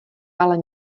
ale